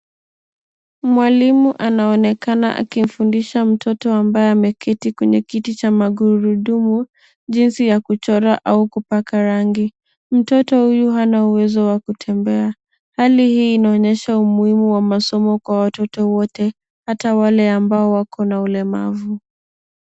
Mwalimu anaonekana akimfundisha mtoto ambaye ameketi kwenye kiti cha magurudumu jinsi ya kuchora au kupaka rangi. Mtoto huyu hana uwezo wa kutembea. Hali hii inaonyesha umuhimu wa masomo kwa watoto wote ata wale ambao wakona ulemavu.